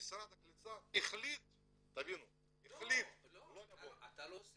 משרד הקליטה החליט לא לבוא.